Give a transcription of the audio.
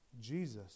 Jesus